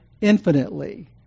infinitely